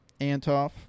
Antoff